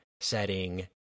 setting